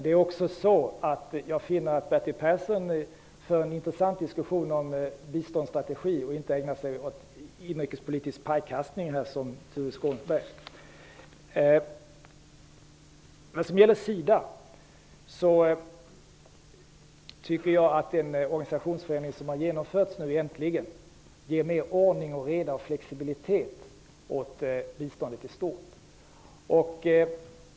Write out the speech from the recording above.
Det är också det att jag finner att Bertil Persson för en intressant diskussion om biståndsstrategi och inte ägnar sig åt inrikespolitisk pajkastning som När det gäller SIDA tycker jag att den organisationsförändring som nu äntligen har genomförts ger mer ordning och reda och flexibilitet åt biståndet i stort.